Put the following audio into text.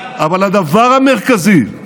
אבל הדבר המרכזי,